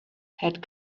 had